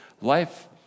life